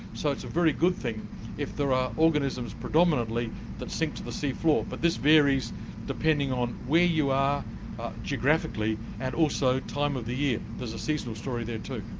so it's a very good thing if there are organisms predominantly that sink to the sea floor, but this varies depending on where you are geographically and also time of the year. there's a seasonal story there too.